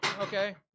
okay